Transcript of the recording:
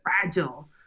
Fragile